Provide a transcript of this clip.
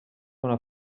una